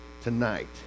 tonight